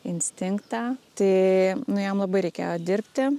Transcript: instinktą tai jam labai reikėjo dirbti